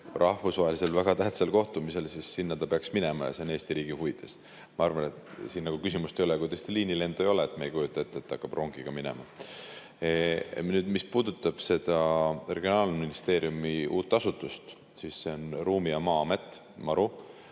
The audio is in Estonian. rahvusvahelisel kohtumisel, siis sinna ta peaks minema ja see on Eesti riigi huvides. Ma arvan, et siin küsimust ei ole. Kui tõesti liinilendu ei ole, siis me ei kujuta ette, et ta hakkab rongiga minema. Nüüd, mis puudutab seda regionaalministeeriumi uut asutust: see on Maa- ja Ruumiamet, MaRu.